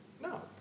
No